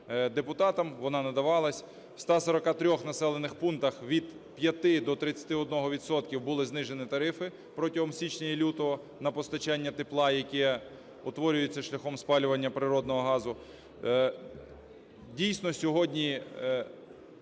депутатам, вона надавалась. В 143 населених пунктах від 5 до 31 відсотків були знижені тарифи протягом січня і лютого на постачання тепла, яке утворюється шляхом спалювання природного газу. Дійсно, сьогодні